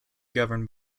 governed